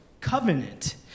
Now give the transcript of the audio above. covenant